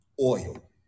oil